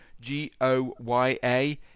G-O-Y-A